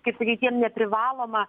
kaip sakyt jiem neprivaloma